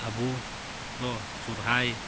ᱟᱵᱚ ᱫᱚ ᱥᱚᱦᱚᱨᱟᱭ